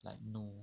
like no